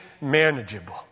manageable